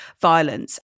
violence